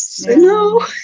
No